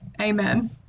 Amen